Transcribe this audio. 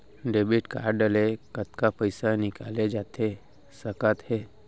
Debit card ले कतका पइसा निकाले जाथे सकत हे?